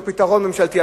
או פתרון ממשלתי,